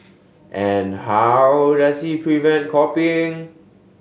and how does he prevent copying